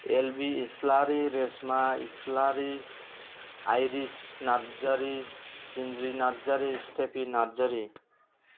LB Islary Resma Islary Iris Narzary Jinjri Narzary Stephie Narzary